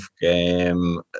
game